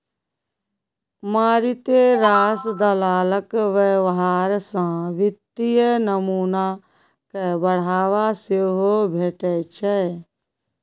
मारिते रास दलालक व्यवहार सँ वित्तीय नमूना कए बढ़ावा सेहो भेटै छै